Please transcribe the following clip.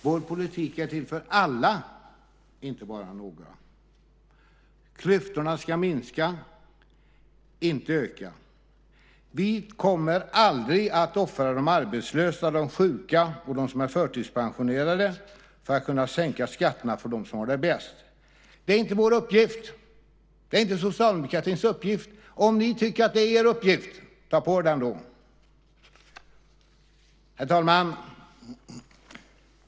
Vår politik är till för alla, inte bara några. Klyftorna ska minska, inte öka. Vi kommer aldrig att offra de arbetslösa, de sjuka och de som är förtidspensionerade för att kunna sänka skatterna för dem som har det bäst. Det är inte vår uppgift. Det är inte socialdemokratins uppgift. Om ni tycker att det är er uppgift, ta på er den då! Herr talman!